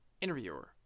interviewer